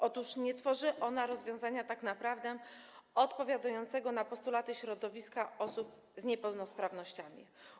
Otóż nie tworzy ona rozwiązania tak naprawdę odpowiadającego na postulaty środowiska osób z niepełnosprawnościami.